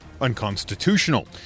unconstitutional